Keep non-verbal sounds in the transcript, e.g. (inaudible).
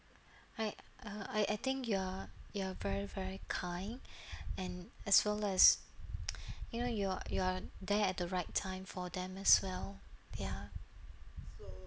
I uh I I think you are you are very very kind and as well as (noise) you know you're you are there at the right time for them as well ya